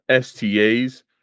STAs